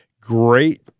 great